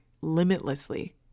limitlessly